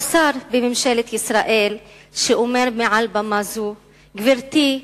או שר בממשלת ישראל שאומר מעל במה זאת: גברתי,